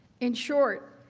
in short,